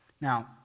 Now